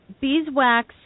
beeswax